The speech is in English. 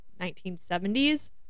1970s